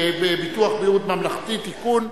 ביטוח בריאות ממלכתי (תיקון,